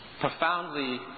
profoundly